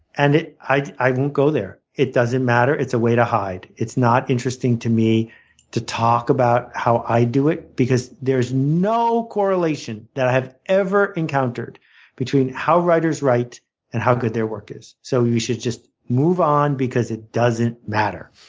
and i i won't go there. it doesn't matter. it's a way to hide. hide. it's not interesting to me to talk about how i do it because there's no correlation that i have ever encountered between how writers write and how good their work is. so you should just move on because it doesn't matter.